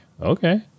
okay